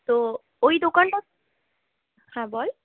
তো ওই দোকানটা হ্যাঁ বল